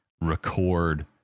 record